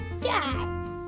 dad